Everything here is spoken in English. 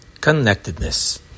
Connectedness